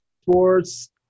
sports